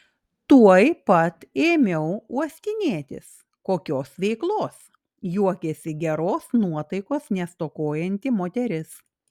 tuoj pat ėmiau uostinėtis kokios veiklos juokėsi geros nuotaikos nestokojanti moteris